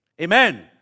Amen